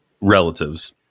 relatives